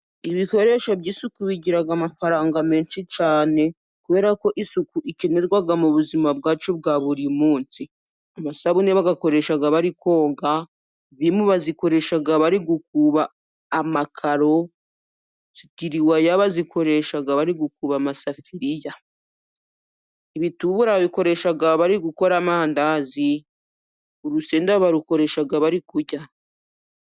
Ibikoresho by'isuku bigira amafaranga menshi cyane, kubera ko isuku ikenerwa mu buzima bwacu bwa buri munsi. Amasabune bayakoresha bari koga, vimu bazikoresha bari gukuba amakaro, sitiruwaya bazikoresha bari gukuba amasafiriya, ibitubura babikoreshaga bari gukora amandazi, urusenda barukoresha bari kurya.